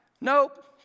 Nope